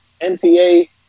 MTA